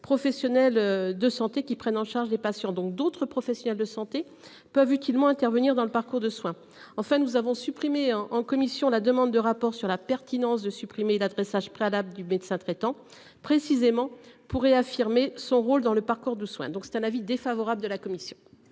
professionnels de santé qui prennent en charge des patients donc d'autres professionnels de santé peuvent utilement intervenir dans le parcours de soins. En fait nous avons supprimé en commission la demande de rapport sur la pertinence de supprimer l'adressage préalable du médecin traitant précisément pour réaffirmer son rôle dans le parcours de soins, donc c'est un avis défavorable de la commission.